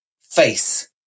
face